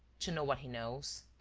to know what he knows.